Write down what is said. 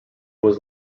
was